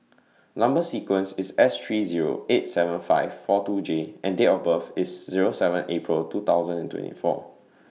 Number sequence IS S three Zero eight seven five four two J and Date of birth IS Zero seven April two thousand and twenty four